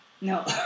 No